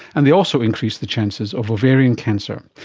and they also increase the chances of ovarian cancer.